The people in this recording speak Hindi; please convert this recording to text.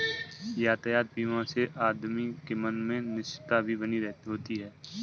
यातायात बीमा से आदमी के मन में निश्चिंतता भी बनी होती है